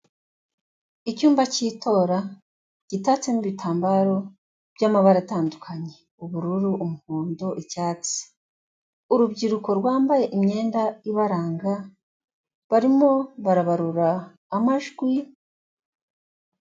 Icyumba cy'itora gitatsemo ibitambaro by'amabara atandukanye, ubururu, umuhondo, icyatsi. Urubyiruko rwambaye imyenda ibaranga barimo barabarura amajwi.